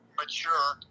mature